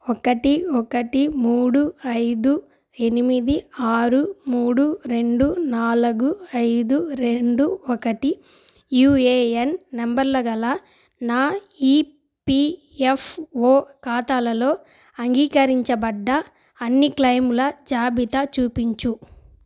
ఒకటి ఒకటి మూడు ఐదు ఎనిమిది ఆరు మూడు రెండు నాలగు ఐదు రెండు ఒకటి యుఏఎన్ నెంబర్ల గల నా ఈపిఎఫ్ఓ ఖాతాలలో అంగీకరించబడ్డ అన్ని క్లెయిముల జాబితా చూపించు